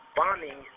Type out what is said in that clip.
bombing